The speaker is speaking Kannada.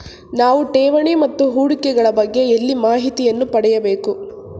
ನಾವು ಠೇವಣಿ ಮತ್ತು ಹೂಡಿಕೆ ಗಳ ಬಗ್ಗೆ ಎಲ್ಲಿ ಮಾಹಿತಿಯನ್ನು ಪಡೆಯಬೇಕು?